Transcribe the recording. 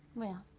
well,